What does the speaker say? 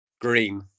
green